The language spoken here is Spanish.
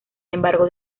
embargo